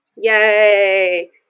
Yay